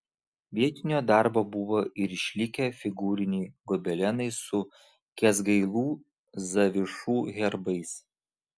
vietinio darbo buvo ir išlikę figūriniai gobelenai su kęsgailų zavišų herbais